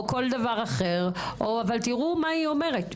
תשמעו מה היא אומרת,